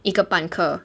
一个半课